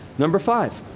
number five.